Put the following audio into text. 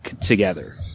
together